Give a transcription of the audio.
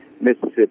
Mississippi